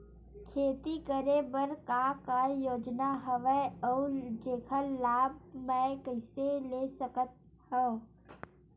खेती करे बर का का योजना हवय अउ जेखर लाभ मैं कइसे ले सकत हव?